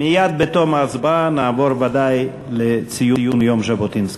מייד בתום ההצבעה נעבור ודאי לציון יום ז'בוטינסקי.